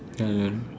Thailand